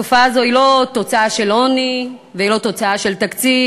התופעה הזו היא לא תוצאה של עוני והיא לא תוצאה של תקציב,